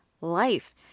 life